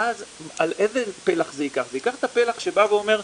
אולי כדאי להבהיר, כשאת אומרת